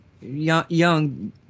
young